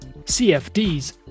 CFDs